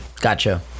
Gotcha